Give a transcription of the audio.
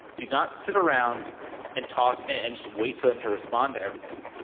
do not sit around and talk and just wait for them to respond to everything.